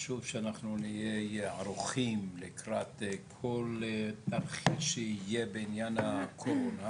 חשוב שאנחנו נהיה ערוכים לקראת כל תרחיש שיהיה בעניין הקורונה.